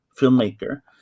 filmmaker